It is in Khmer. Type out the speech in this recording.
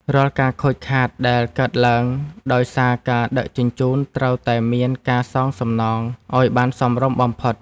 រាល់ការខូចខាតដែលកើតឡើងដោយសារការដឹកជញ្ជូនត្រូវតែមានការសងសំណងឱ្យបានសមរម្យបំផុត។